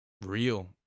real